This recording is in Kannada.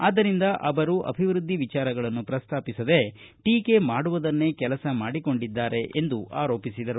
ಆದ್ದರಿಂದ ಅವರು ಅಭಿವೃದ್ಧಿ ವಿಚಾರಗಳನ್ನು ಪ್ರುತ್ತಾಪಿಸದೆ ಟೀಕೆ ಮಾಡುವುದನ್ನೇ ಕೆಲಸ ಮಾಡಿಕೊಂಡಿದ್ದಾರೆ ಎಂದು ಆರೋಪಿಸಿದರು